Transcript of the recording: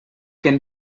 can